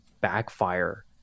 backfire